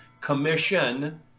commission